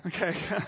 Okay